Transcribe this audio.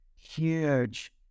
Huge